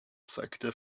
sector